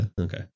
Okay